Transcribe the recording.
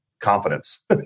confidence